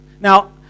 Now